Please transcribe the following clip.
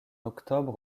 octobre